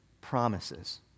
promises